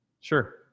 Sure